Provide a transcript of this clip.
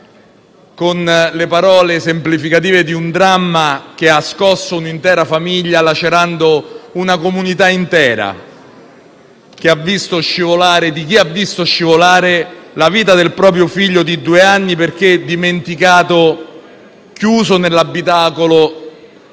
con le parole esemplificative di un dramma che ha scosso un'intera famiglia lacerando una comunità intera, con le parole di chi ha visto scivolare via la vita del proprio figlio di due anni perché dimenticato chiuso nell'abitacolo